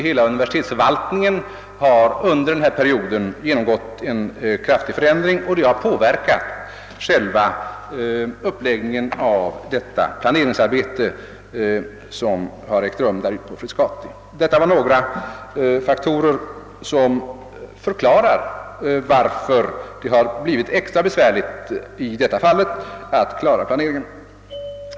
Hela universitetsförvaltningen har under den här perioden genomgått en kraftig förändring, och det har påverkat själva uppläggningen av planeringsarbetet för bebyggelsen vid Frescati. Detta är några faktorer som förklarar varför det blivit extra besvärligt att klara planeringen i detta fall.